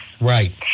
Right